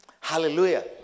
Hallelujah